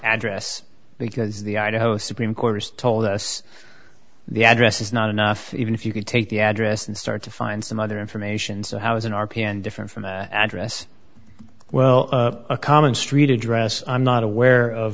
address because the idaho supreme court has told us the address is not enough even if you could take the address and start to find some other information so how is an r p n different from address well a common street address i'm not aware of